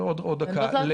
עוד דקה.